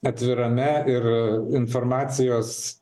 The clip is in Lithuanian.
atvirame ir informacijos